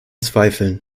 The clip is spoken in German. zweifeln